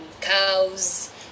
Cows